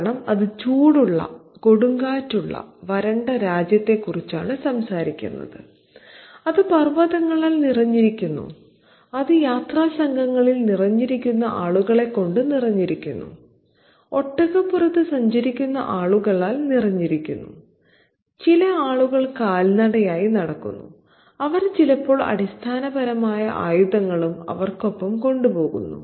കാരണം അത് ചൂടുള്ള കൊടുങ്കാറ്റുള്ള വരണ്ട രാജ്യത്തെക്കുറിച്ചാണ് സംസാരിക്കുന്നത് അത് പർവതങ്ങളാൽ നിറഞ്ഞിരിക്കുന്നു അത് യാത്രാസംഘങ്ങളിൽ സഞ്ചരിക്കുന്ന ആളുകളെക്കൊണ്ട് നിറഞ്ഞിരിക്കുന്നു ഒട്ടകപ്പുറത്ത് സഞ്ചരിക്കുന്ന ആളുകളാൽ നിറഞ്ഞിരിക്കുന്നു ചില ആളുകൾ കാൽനടയായി നടക്കുന്നു അവർ ചിലപ്പോൾ അടിസ്ഥാനപരമായ ആയുധങ്ങളും അവർക്കൊപ്പം കൊണ്ടുപോകുന്നു